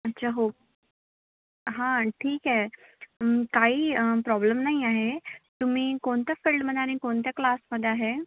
अच्छा हो हां ठीक आहे काही प्रॉब्लेम नाही आहे तुम्ही कोणत्या फील्डमध्ये आणि कोणत्या क्लासमध्ये आहे